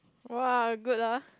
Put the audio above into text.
!wow! good ah